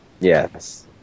Yes